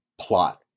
plot